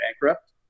bankrupt